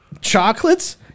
Chocolates